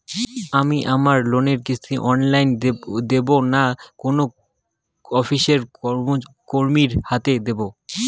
আমি আমার লোনের কিস্তি অনলাইন দেবো না কোনো অফিসের কর্মীর হাতে দেবো?